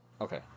Okay